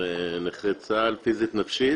נכה צה"ל פיזית ונפשית.